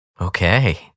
okay